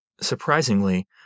Surprisingly